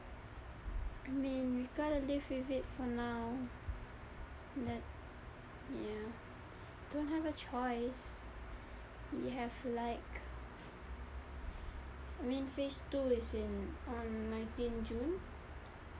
I mean we gotta live with it for now that ya don't have a choice we have to like I mean phase two is in on nineteen june